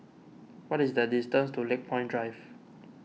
what is the distance to Lakepoint Drive